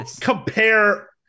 compare